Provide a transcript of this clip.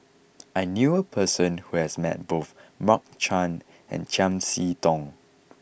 I knew a person who has met both Mark Chan and Chiam See Tong